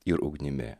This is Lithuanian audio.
ir ugnimi